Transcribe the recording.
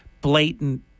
blatant